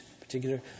particular